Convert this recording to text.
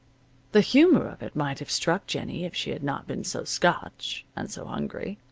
the humor of it might have struck jennie if she had not been so scotch, and so hungry.